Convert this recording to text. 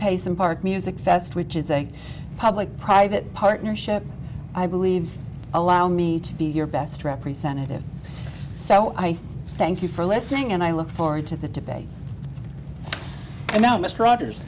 impart music fest which is a public private partnership i believe allow me to be your best representative so i thank you for listening and i look forward to the debate and now mr rogers